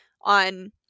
on